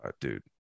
Dude